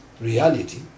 Reality